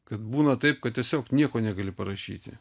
kad būna taip kad tiesiog nieko negali parašyti